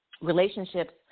relationships